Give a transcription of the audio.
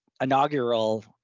inaugural